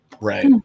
Right